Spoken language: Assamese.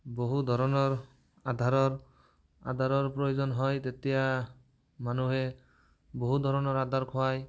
বহু ধৰণৰ আধাৰৰ আধাৰৰ প্ৰয়োজন হয় তেতিয়া মানুহে বহু ধৰণৰ আধাৰ খুৱায়